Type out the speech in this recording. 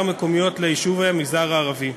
מתאר מקומיות ליישובי המגזר הערבי,